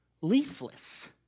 leafless